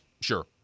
sure